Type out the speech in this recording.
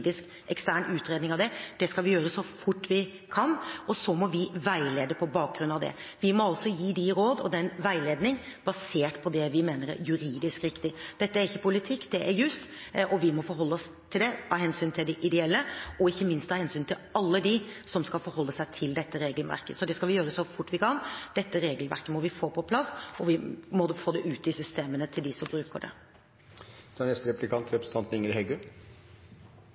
ny ekstern juridisk utredning av det. Det skal vi gjøre så fort vi kan, og så må vi veilede på bakgrunn av det. Vi må altså gi råd og veiledning basert på det vi mener er juridisk riktig. Dette er ikke politikk, det er jus, og vi må forholde oss til det av hensyn til de ideelle, og ikke minst av hensyn til alle dem som skal forholde seg til dette regelverket. Så dette skal vi gjøre så fort vi kan. Dette regelverket må vi få på plass, og vi må få det ut i systemene til dem som bruker